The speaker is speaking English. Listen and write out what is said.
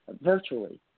virtually